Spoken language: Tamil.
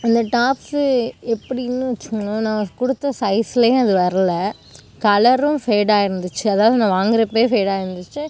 அந்த டாப்ஸு எப்படின்னு வச்சுக்கோங்களேன் நான் கொடுத்த சைஸில் அது வரல கலரும் ஃபேடாகி இருந்துச்சு அதாவது நான் வாங்கிறப்பேயே ஃபேடாகி இருந்துச்சு